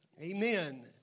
Amen